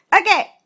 Okay